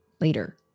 later